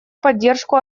поддержку